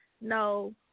no